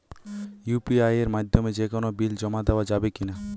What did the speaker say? UPI এর মাধ্যমে যে কোনো বিল জমা দেওয়া যাবে কি না?